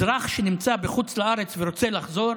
אזרח שנמצא בחוץ לארץ ורוצה לחזור,